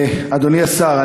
אדוני השר,